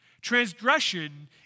Transgression